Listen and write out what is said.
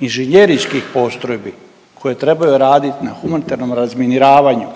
inženjerijskih postrojbi koje trebaju raditi na humanitarnom razminiravanju